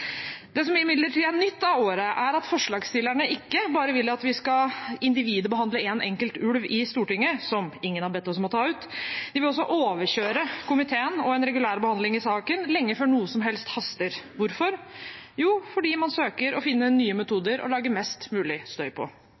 Det som imidlertid er nytt av året, er at forslagsstillerne ikke bare vil at vi skal individbehandle en enkelt ulv i Stortinget, som ingen har bedt oss om å ta ut. De vil også overkjøre komiteen og en regulær behandling av saken, lenge før noe som helst haster. Hvorfor? Jo, fordi man søker å finne nye metoder å lage mest mulig støy på.